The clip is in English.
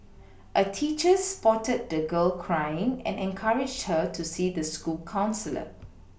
a teacher spotted the girl crying and encouraged her to see the school counsellor